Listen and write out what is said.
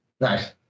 Nice